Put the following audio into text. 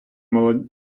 молода